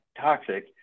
toxic